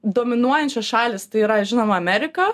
dominuojančios šalys tai yra žinoma amerika